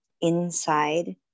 inside